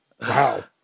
Wow